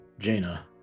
Jaina